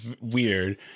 weird